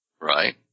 Right